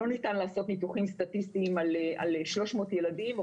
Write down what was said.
לא ניתן לעשות ניתוחים סטטיסטיים על 300 ילדים או